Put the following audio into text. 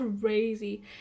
crazy